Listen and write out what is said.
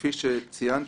כפי שציינתי,